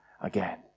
again